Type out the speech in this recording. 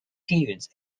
periods